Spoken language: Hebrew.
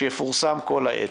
שיפורסם כל עת.